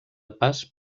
pas